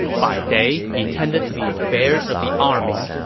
by day, he tended to the affairs of the army.